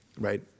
Right